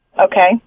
Okay